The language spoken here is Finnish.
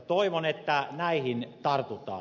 toivon että näihin tartutaan